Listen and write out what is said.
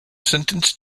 sentenced